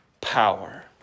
power